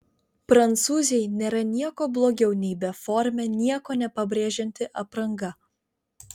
prancūzei nėra nieko blogiau nei beformė nieko nepabrėžianti apranga